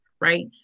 Right